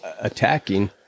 attacking